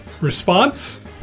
Response